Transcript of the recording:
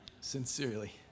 Sincerely